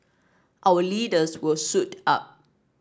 our leaders will suit up